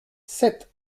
sept